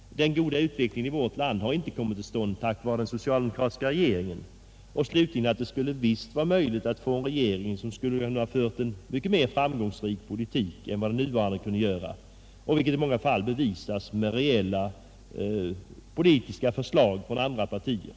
Den goda utvecklingen i vårt land har inte kommit till stånd tack vare den socialdemokratiska regeringen. Slutligen skulle det visst ha varit möjligt att få en regering som kunnat föra en mycket mera framgångsrik politik än vad den nuvarande regeringen kunnat göra, vilket i många fall bevisas av reella politiska förslag från andra partier.